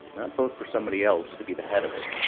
vote for somebody else to be the head of it.